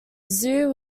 zoo